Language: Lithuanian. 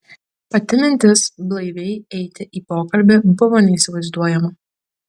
pati mintis blaiviai eiti į pokalbį buvo neįsivaizduojama